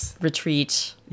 retreat